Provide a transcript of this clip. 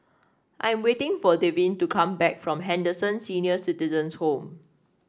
I am waiting for Devyn to come back from Henderson Senior Citizens' Home